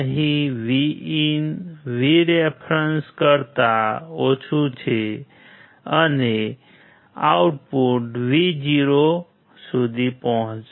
અહીં VIN VREF કરતા ઓછું છે અને આઉટપુટ 0V સુધી પહોંચશે